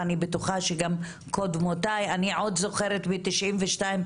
ואני בטוחה שגם קודמותיי, אני עוד זוכרת ב-92',